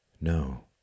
No